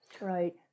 Right